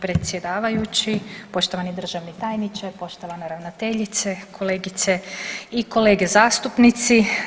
predsjedavajući, poštovani državni tajniče, poštovana ravnateljice, kolegice i kolege zastupnici.